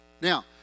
now